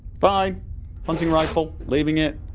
fine hunting rifle leaving it